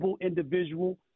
individual